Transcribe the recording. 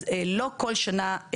אז לא כל שנה.